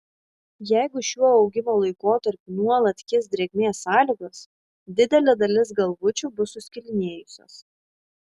jeigu šiuo augimo laikotarpiu nuolat kis drėgmės sąlygos didelė dalis galvučių bus suskilinėjusios